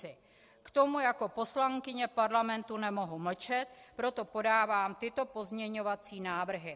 K tomu jako poslankyně Parlamentu nemohu mlčet, proto podávám tyto pozměňovací návrhy.